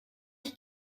ich